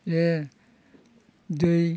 जे दै